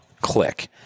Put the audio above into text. click